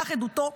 כך עדותו,